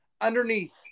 underneath